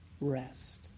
rest